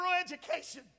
education